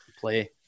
play